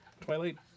Twilight